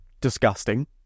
disgusting